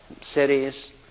cities